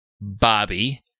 Bobby